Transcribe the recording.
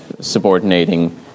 subordinating